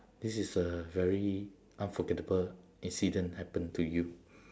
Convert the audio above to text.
this is a very unforgettable incident happen to you